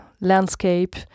landscape